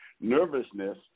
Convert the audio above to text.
nervousness